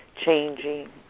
changing